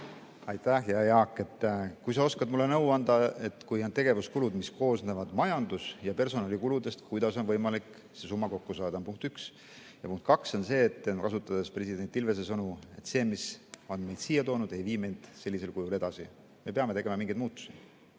Aitäh! Hea Jaak, kas sa oskad mulle nõu anda, et kui on tegevuskulud, mis koosnevad majandus‑ ja personalikuludest, siis kuidas on võimalik see summa kokku saada? Punkt üks. Punkt kaks on see, kasutades president Ilvese sõnu: see, mis on meid siia toonud, ei vii meid sellisel kujul edasi. Me peame tegema mingeid muudatusi.